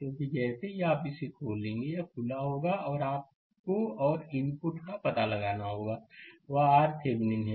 क्योंकि जैसे ही आप इसे खोलेंगे यह खुला होगा और आपको आर इनपुट का पता लगाना होगा वह RThevenin है